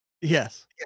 yes